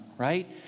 Right